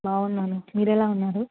బాగున్నాను మీరు ఎలావున్నారు